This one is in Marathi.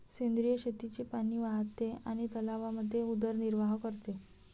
सेंद्रिय शेतीचे पाणी वाहते आणि तलावांमध्ये उदरनिर्वाह करते